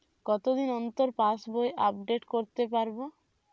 কতদিন অন্তর পাশবই আপডেট করতে পারব?